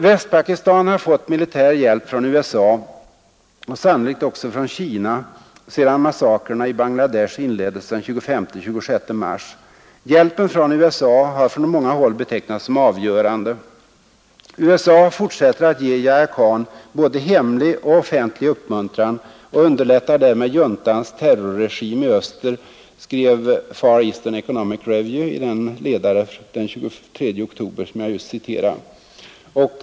Västpakistan har fått militär hjälp från USA och sannolikt också från Kina sedan massakrerna i Bangla Desh inleddes den 25—26 mars. Hjälpen från USA har från många håll betecknats som avgörande. ”USA fortsätter att ge Yahya Khan både hemlig och offentlig uppmuntran och underlättar därmed juntans terrorregim i öster”, skrev Far Eastern Economic Review den 23 oktober i den ledare som jag just citerade.